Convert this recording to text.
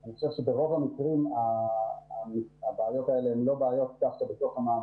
אני חושב שברוב המקרים הבעיות האלה הן לא בעיות בתוך המעבדות